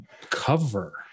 Cover